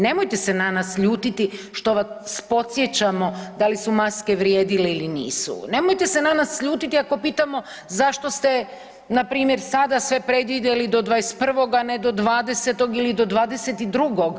Nemojte se na nas ljutiti što vas podsjećamo da li maske vrijedile ili nisu, nemojte se na nas ljutiti ako pitamo zašto ste npr. sve predvidjeli do 21. a ne do 20. ili do 22.